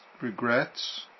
regrets